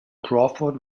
crawford